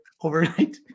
overnight